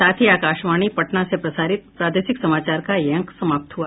इसके साथ ही आकाशवाणी पटना से प्रसारित प्रादेशिक समाचार का ये अंक समाप्त हुआ